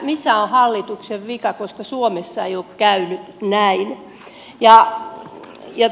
missä on hallituksen vika koska suomessa ei ole käynyt näin